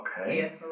Okay